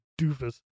doofus